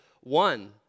one